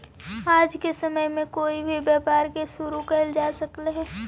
आज के समय में कोई भी व्यापार के शुरू कयल जा सकलई हे